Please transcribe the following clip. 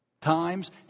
times